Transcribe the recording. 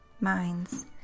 minds